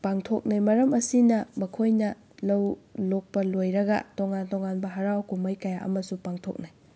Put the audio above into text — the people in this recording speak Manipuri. ꯄꯤꯡꯊꯣꯛꯅꯩ ꯃꯔꯝ ꯑꯁꯤꯅ ꯃꯈꯣꯏꯅ ꯂꯧ ꯂꯣꯛꯄ ꯂꯣꯏꯔꯒ ꯇꯣꯉꯥꯟ ꯇꯣꯉꯥꯟꯕ ꯍꯔꯥꯎ ꯀꯨꯝꯍꯩ ꯀꯌꯥ ꯑꯃꯁꯨ ꯄꯥꯡꯊꯣꯛꯅꯩ